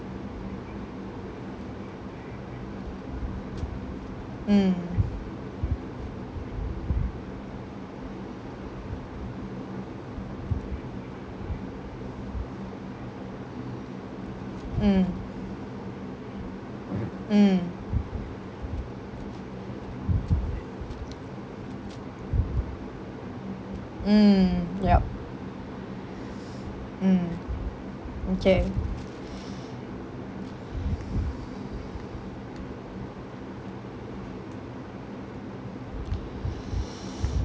mm mm mm mm yup mm okay